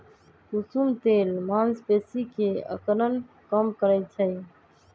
कुसुम तेल मांसपेशी के अकड़न कम करई छई